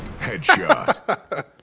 Headshot